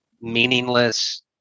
meaningless